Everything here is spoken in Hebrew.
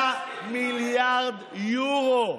בגודל הנזק שעושים למסכנים האלה, 6 מיליארד יורו.